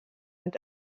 and